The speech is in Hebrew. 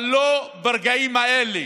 אבל לא ברגעים האלה,